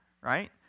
right